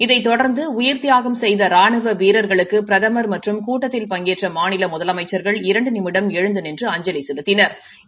இதைத் தொடர்ந்து உயிர்த்தியாகம் செய்த ராணுவ வீரர்களுக்கு பிரதம் மற்றும் கூட்டத்தில் பங்கேற்ற மாநில முதலமைச்ச்களும் இரண்டு நிமிடம் எழுந்து நின்று அஞ்சலி செலுத்தினா்